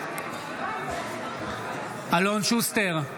בעד אלון שוסטר,